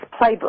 playbook